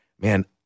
man